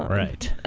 right.